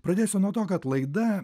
pradėsiu nuo to kad laida